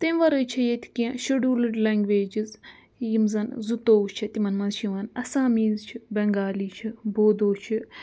تمہِ وَرٲے چھِ ییٚتہِ کینٛہہ شڈولٕڈ لینٛگویجِز یِم زَن زٕتووُہ چھِ تِمَن مَنٛز چھِ یِوان اَسامیٖز چھِ بنٛگالی چھِ بودو چھِ